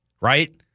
right